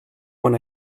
one